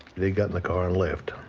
they got in the car and left.